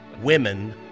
Women